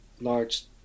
large